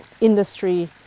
industry